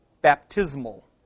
baptismal